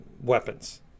weapons